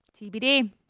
TBD